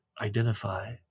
identify